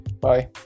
Bye